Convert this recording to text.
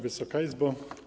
Wysoka Izbo!